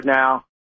now